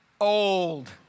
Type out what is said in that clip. old